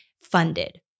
funded